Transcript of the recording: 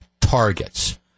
targets